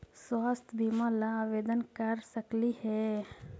स्वास्थ्य बीमा ला आवेदन कर सकली हे?